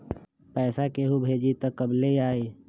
पैसा केहु भेजी त कब ले आई?